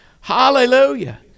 Hallelujah